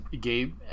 Gabe